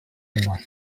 nostre